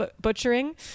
butchering